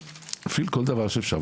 נפעל בצורה קצת יותר אסרטיבית.